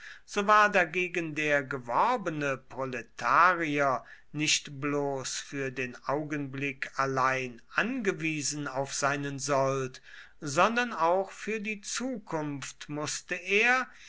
so war dagegen der geworbene proletarier nicht bloß für den augenblick allein angewiesen auf seinen sold sondern auch für die zukunft mußte er